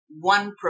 one